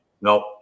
Nope